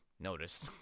noticed